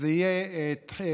זו תהיה פריצה